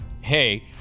hey